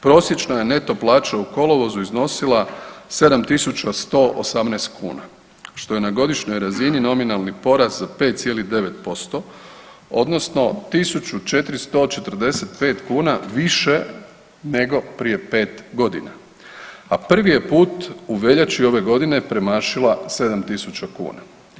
Prosječna je neto plaća u kolovozu iznosila 7.118 kuna što je na godišnjoj razini nominalni porast za 5,9% odnosno 1.445 kuna više nego prije 5 godina, a prvi je put u veljači ove godine premašila 7.000 kuna.